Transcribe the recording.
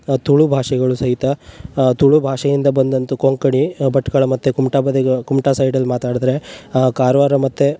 ತುಳು ಭಾಷೆಗಳು ಸಹಿತ ತುಳು ಭಾಷೆಯಿಂದ ಬಂದಂಥ ಕೊಂಕಣಿ ಭಟ್ಕಳ ಮತ್ತು ಕುಮಟಾ ಬದಿಗೆ ಕುಮಟಾ ಸೈಡಲ್ಲಿ ಮಾತಾಡಿದ್ರೆ ಕಾರವಾರ ಮತ್ತು